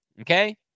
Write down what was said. okay